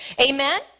Amen